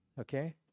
okay